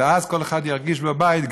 ואז כל אחד ירגיש בבית,